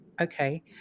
okay